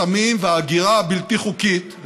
הסמים וההגירה הבלתי-חוקית,